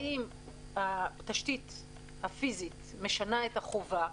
האם התשתית הפיזית משנה את החובה?